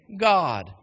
God